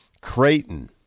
Creighton